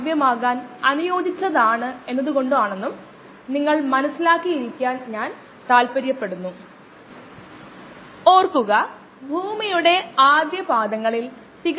ചില തെർമോഫൈൽസ് ഉണ്ട് അത് ഉയർന്ന താപനിലയിൽ വളരുന്നു എന്നാൽ അതേപ്പറ്റി ഇപ്പോൾ നമുക്ക് ചിന്തിക്കണ്ട